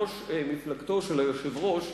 ראש מפלגתו של היושב-ראש,